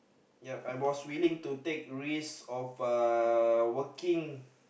yep I was willing to take risk of uh working